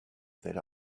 that